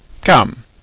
Come